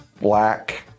black